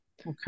Okay